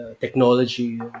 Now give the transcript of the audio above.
technology